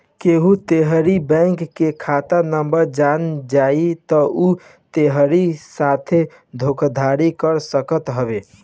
केहू तोहरी बैंक के खाता नंबर जान जाई तअ उ तोहरी साथे धोखाधड़ी कर सकत हवे